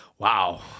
Wow